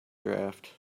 draft